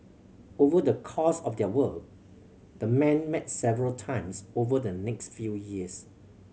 over the course of their work the men met several times over the next few years